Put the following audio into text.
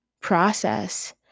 process